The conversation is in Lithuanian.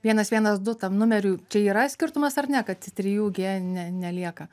vienas vienas du tam numeriui čia yra skirtumas ar ne kad trijų gie ne nelieka